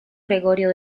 gregorio